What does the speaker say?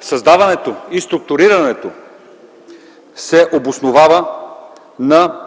създаването и структурирането се обосновават на